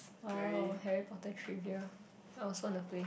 !wow! Harry-Potter trivia I also wanna play